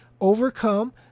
overcome